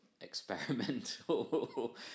experimental